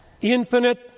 infinite